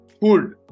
Food